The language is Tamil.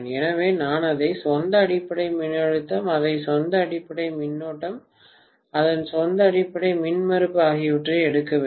எனவே நான் அதன் சொந்த அடிப்படை மின்னழுத்தம் அதன் சொந்த அடிப்படை மின்னோட்டம் அதன் சொந்த அடிப்படை மின்மறுப்பு ஆகியவற்றை எடுக்க வேண்டும்